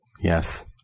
Yes